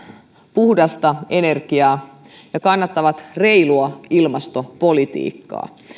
puhdasta energiaa ja kannattavat reilua ilmastopolitiikkaa